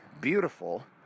beautiful